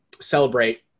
celebrate